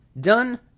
Done